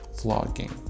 vlogging